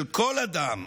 של כל אדם,